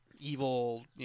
evil